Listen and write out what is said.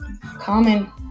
Common